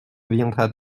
viendra